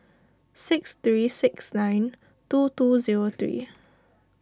six three six nine two two zero three